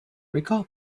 recall